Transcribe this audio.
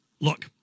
Look